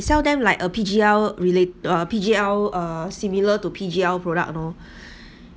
sell them like a P_G_L relate uh P_G_L uh similar to P_G_L product lor